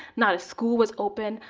not a school was open.